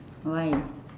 why